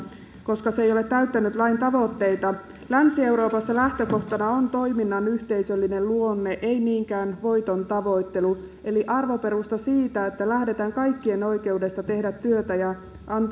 koska se ei ole täyttänyt lain tavoitteita länsi euroopassa lähtökohtana on toiminnan yhteisöllinen luonne ei niinkään voitontavoittelu eli arvoperusta siitä että lähdetään kaikkien oikeudesta tehdä työtä ja